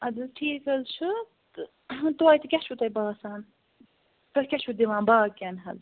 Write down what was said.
اَدٕ حظ ٹھیٖک حظ چھُ تہٕ توتہِ کیاہ چھُ تۄہہِ باسان تُہۍ کیاہ چھُو دِوان باقٕین حظ